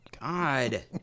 God